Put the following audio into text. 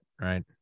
right